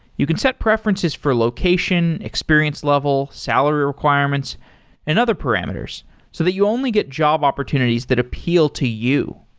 you can set preferences for location, experience level, salary requirements and other parameters so that you only get job opportunities that appeal to you.